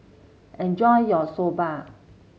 enjoy your Soba